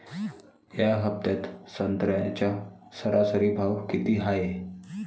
या हफ्त्यात संत्र्याचा सरासरी भाव किती हाये?